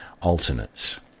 alternates